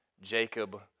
Jacob